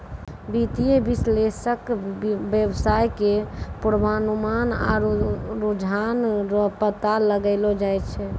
वित्तीय विश्लेषक वेवसाय के पूर्वानुमान आरु रुझान रो पता लगैलो जाय छै